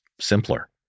simpler